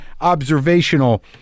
observational